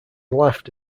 laughed